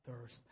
thirst